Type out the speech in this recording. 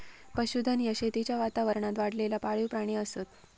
पशुधन ह्या शेतीच्या वातावरणात वाढलेला पाळीव प्राणी असत